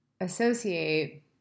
associate